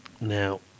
Now